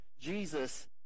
Jesus